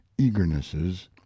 eagernesses